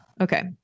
Okay